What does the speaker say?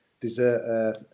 dessert